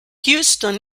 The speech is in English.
houston